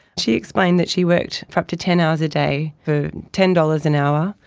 she explained that she worked for up to ten hours a day for ten dollars an hour,